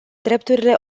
drepturile